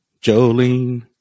Jolene